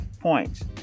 points